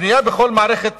הבנייה בכל מערכת